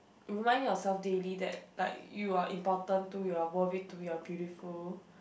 remind yourself daily that like you are important too you are worth it too you are beautiful